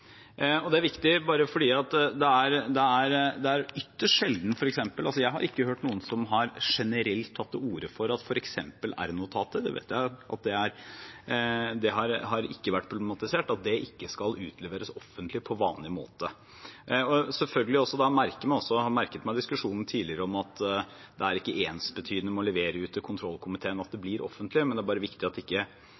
Det er viktig. Det er ytterst sjelden – jeg har ikke hørt noen som generelt har tatt til orde for det med f.eks. r-notater – at det har vært problematisert at det ikke skal utleveres offentlig på vanlig måte. Jeg har selvfølgelig også merket meg diskusjonen tidligere om at det å levere ut til kontrollkomiteen ikke er ensbetydende med at det blir offentlig, men det er viktig at